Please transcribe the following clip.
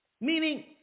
Meaning